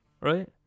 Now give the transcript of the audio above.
Right